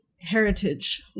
heritage